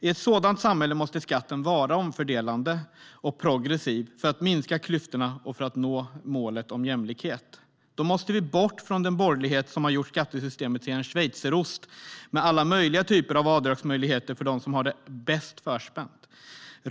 I ett sådant samhälle måste skatten vara omfördelande och progressiv för att minska klyftorna och för att nå målet om jämlikhet. Då måste vi bort från den borgerlighet som har gjort skattesystemet till en schweizerost med alla möjliga typer av avdragsmöjligheter för dem som har det bäst förspänt.